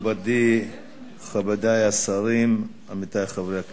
מכובדי השרים, עמיתי חברי הכנסת,